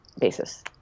basis